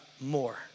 more